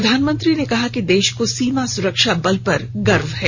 प्रधानमंत्री ने कहा कि देश को सीमा सुरक्षा बल पर गर्व है